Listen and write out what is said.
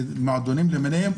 במועדונים למיניהם,